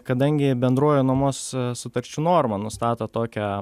kadangi bendroji nuomos sutarčių norma nustato tokią